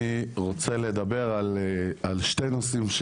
אני רוצה לדבר על שני נושאים.